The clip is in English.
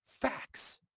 facts